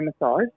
massage